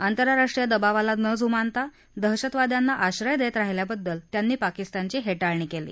आंतरराष्ट्रीय दबावाला न जुमानता दहशतवाद्यांना आश्रय देत राहिल्याबद्दल त्यांनी पाकिस्तानची हेटाळणी केली